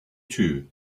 too